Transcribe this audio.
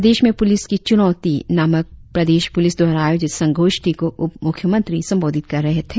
प्रदेश में पुलिस की चुनौती नामक प्रदेश पुलिस द्वारा आयोजित संगोष्ठी को उप मुख्यमंत्री संबोधित कर रहे थे